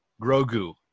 Grogu